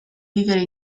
vivere